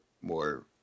more